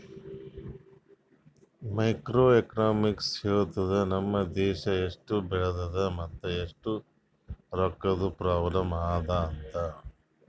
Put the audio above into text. macro economics ಹೇಳ್ತುದ್ ನಮ್ ದೇಶಾ ಎಸ್ಟ್ ಬೆಳದದ ಮತ್ ಎಸ್ಟ್ ರೊಕ್ಕಾದು ಪ್ರಾಬ್ಲಂ ಅದಾ ಅಂತ್